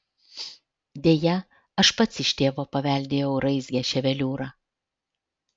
deja aš pats iš tėvo paveldėjau raizgią ševeliūrą